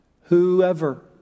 Whoever